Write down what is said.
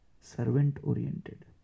servant-oriented